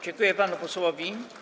Dziękuję panu posłowi.